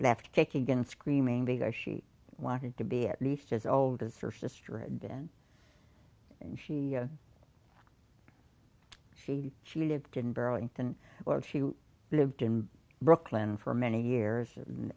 left shaking and screaming because she wanted to be at least as old as her sister had been and she she she lived in burlington or she lived in brooklyn for many years